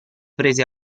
prese